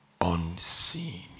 unseen